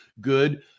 good